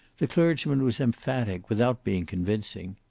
the clergyman was emphatic without being convincing.